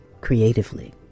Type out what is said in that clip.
creatively